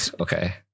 Okay